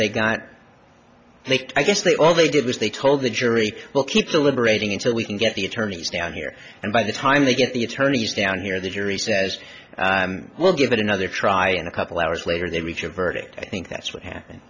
they got they i guess they all they did was they told the jury well keep deliberating until we can get the attorneys down here and by the time they get the attorneys down here the jury says we'll give it another try in a couple hours later they reach a verdict i think that's what happened